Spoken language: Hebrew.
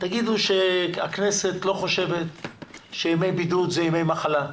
תגידו שהכנסת לא חושבת שימי בידוד זה ימי מחלה,